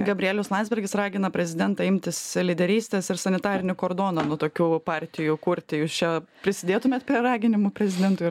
gabrielius landsbergis ragina prezidentą imtis lyderystės ir sanitarinį kordoną nuo tokių partijų kurti jūs čia prisidėtumėt prie raginimų prezidentui